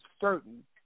certain